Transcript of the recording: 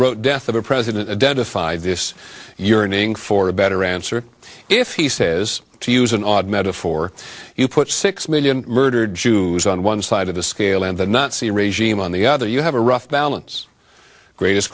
wrote death of a president identified this your name for a better answer if he says to use an odd metaphor you put six million murdered jews on one side of the scale and the nazi regime on the other you have a rough balance greatest